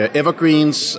evergreens